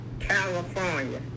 California